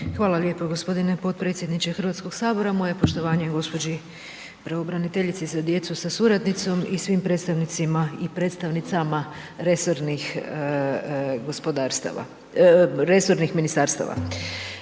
Hvala lijepo g. potpredsjedniče HS. Moje poštovanje gđi. Pravobraniteljici za djecu sa suradnicom i svim predstavnicima i predstavnicama resornih ministarstava.